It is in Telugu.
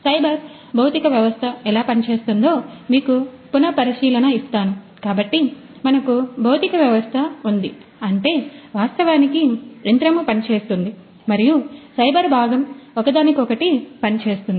సైబర్ భౌతిక వ్యవస్థ ఎలా పనిచేస్తుందో మీకు పునపరిశీలన ఇస్తాను కాబట్టి మనకు భౌతిక వ్యవస్థ ఉంది అంటే వాస్తవానికి యంత్రము పని చేస్తుంది మరియు సైబర్ భాగం ఒకదానికొకటి పనిచేస్తుంది